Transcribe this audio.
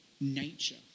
nature